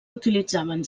utilitzaven